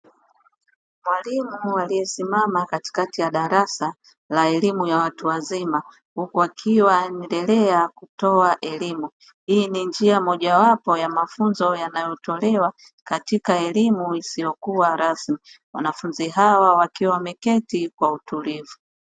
Mwalimu aliyesimama katikati la darasa la elimu ya watu wazima, huku akiwa anaendelea kutoa elimu. Hii ni njia moja wapo ya mafunzo yanayotolewa katika elimu isiyokuwa rasmi; wanafunzi hawa wakiwa wameketi kwa utulivu.